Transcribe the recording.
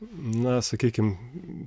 na sakykim